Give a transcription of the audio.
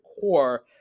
core